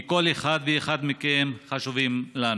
כי כל אחד ואחד מכם חשוב לנו.